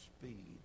speed